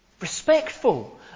Respectful